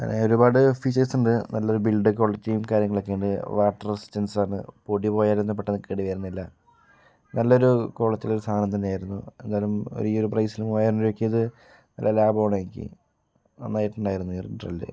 അങ്ങനെ ഒരുപാട് ഫീച്ചേഴ്സ്ണ്ട് നല്ലൊരു ബിൽഡ് കോളിറ്റിയും കാര്യങ്ങളൊക്കെ ഉണ്ട് വാട്ടർ റെസിസ്റ്റൻസാണ് പൊടിപ്പോയാലൊന്നും പെട്ടന്ന് കേട് വരുന്നില്ലാ നല്ലൊരു ക്വാളിറ്റിയുള്ള ഒരു സാധനം തന്നെയായിരുന്നു എന്തായാലും ഈ ഒരു പ്രൈസില് മുവ്വായിരം രൂപയ്ക്ക് അത് നല്ല ലാഭമാണ് എനിക്ക് നന്നായിട്ട്ണ്ടായിരുന്നു ഈ ഒരു ഡ്രില്ല്